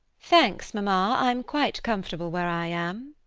thanks, mamma, i'm quite comfortable where i am.